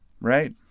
Right